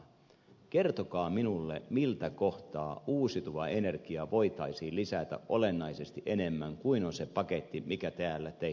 kertokaa minulle miltä kohtaa uusiutuvaa energiaa voitaisiin lisätä olennaisesti enemmän kuin on se paketti mikä täällä teille on esitelty